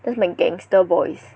that's like gangster boys